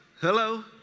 Hello